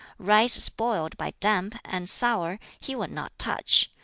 rice spoiled by damp, and sour, he would not touch,